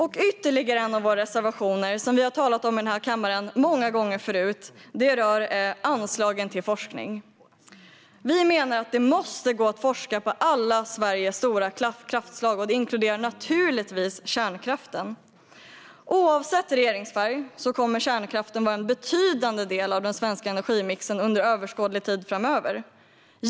Och ytterligare en av våra reservationer, som vi har talat om i kammaren många gånger förut, rör anslagen till forskning. Vi menar att det måste gå att forska på alla Sveriges stora kraftslag, och det inkluderar naturligtvis kärnkraften. Oavsett regeringsfärg kommer kärnkraften att vara en betydande del av den svenska energimixen under överskådlig tid.